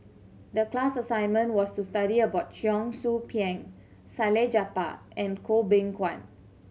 the class assignment was to study about Cheong Soo Pieng Salleh Japar and Goh Beng Kwan